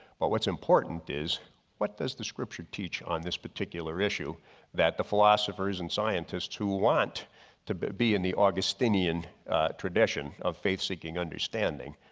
but what's important is what does the scripture teach on this particular issue that the philosophers and scientists who want to but be in the augustinian tradition of faith seeking understanding,